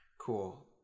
Cool